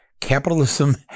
Capitalism